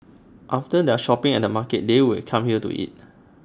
after their shopping at the market they would come here to eat